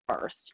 first